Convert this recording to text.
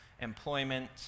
employment